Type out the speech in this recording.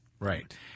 Right